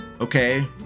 okay